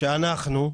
שאנחנו,